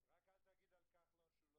כי לא תוכל לקבל סוג שירות